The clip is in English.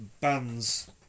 bands